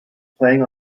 playing